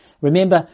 Remember